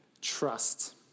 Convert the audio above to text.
trust